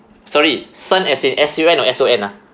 sorry sun as in S U N or S O N ah